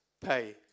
pay